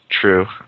True